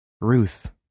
Ruth